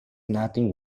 nothing